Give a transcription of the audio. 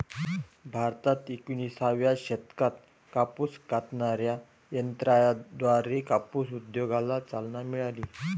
भारतात एकोणिसाव्या शतकात कापूस कातणाऱ्या यंत्राद्वारे कापूस उद्योगाला चालना मिळाली